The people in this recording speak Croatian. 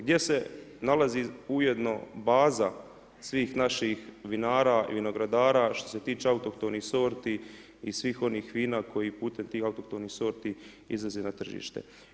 Gdje se nalazi ujedno baza svih naših vinara i vinogradara što se tiče autohtonih sorti i svih onih vina koji putem tih autohtonih sorti izlaze na tržište.